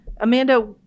Amanda